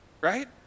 right